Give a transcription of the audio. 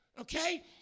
okay